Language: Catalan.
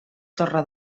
torre